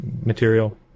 material